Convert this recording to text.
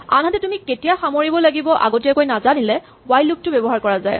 আনহাতে তুমি কেতিয়া সামৰিব লাগিব আগতীয়াকৈ নাজানিলে হুৱাইল লুপ টো ব্যৱহাৰ কৰা যায়